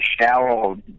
shallow